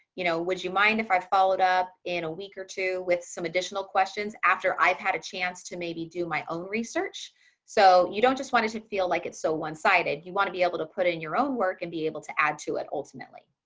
you know, would you mind if i followed up in a week or two with some additional questions after i've had a chance to maybe do my own research. lauren opgenorth so you don't just want it to feel like it's so one sided. you want to be able to put in your own work and be able to add to it ultimately